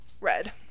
red